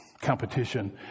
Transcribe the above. competition